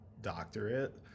doctorate